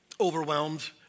overwhelmed